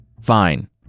Fine